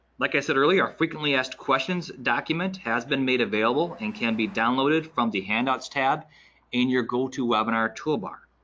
like i said earlier, our frequently asked questions document has been made available and can be downloaded from the handouts tab in your go to webinar toolbar.